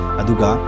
aduga